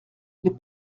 les